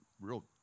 real